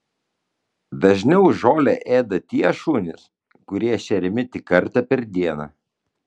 dažniau žolę ėda tie šunys kurie šeriami tik kartą per dieną